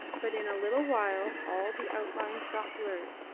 but in a little while all the outlines got blurred,